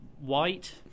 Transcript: white